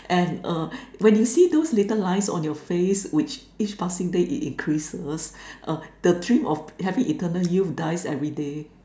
and uh when you see those little lines on your face which each passing day it increases uh the dream of having eternal youth dies everyday